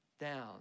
down